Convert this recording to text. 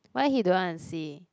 why he don't want to see